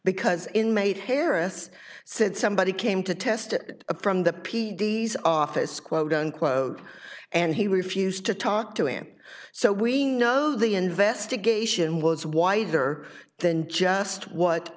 because inmate harris said somebody came to test it from the p d s office quote unquote and he refused to talk to him so we know the investigation was wider than just what